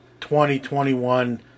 2021